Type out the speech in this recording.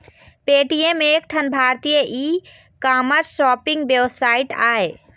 Paytm एक ठन भारतीय ई कामर्स सॉपिंग वेबसाइट आय